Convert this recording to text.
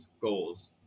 goals